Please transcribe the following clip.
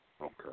Okay